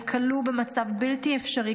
אני כלוא במצב בלתי אפשרי,